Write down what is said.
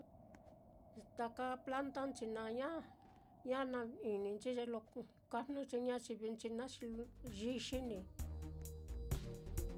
Taka plantanchi naá ña ña na-ininchi ye lo ka jnɨ ye ñayivinchi naá xi yixi ní.